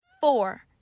Four